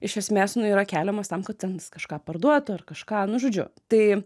iš esmės nu yra keliamas tam kad ten jis kažką parduotų ar kažką nu žodžiu tai